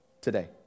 today